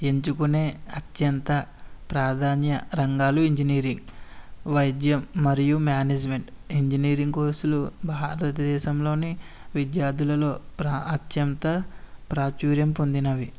ఎంచుకునే అత్యంత ప్రధాన రంగాలు ఇంజనీరింగ్ వైద్యం మరియు మ్యానేజ్మెంట్ ఇంజనీరింగ్ కోర్సులు భారతదేశంలో విద్యార్థులలో ప్రా అత్యంత ప్రాచుర్యం పొందినవి